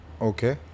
Okay